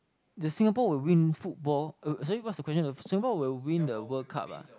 that Singapore will win football uh sorry what's the question uh Singapore will win the World Cup ah